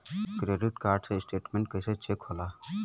Credit card के statement कइसे check होला?